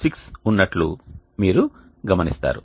6 ఉన్నట్లు మీరు గమనిస్తారు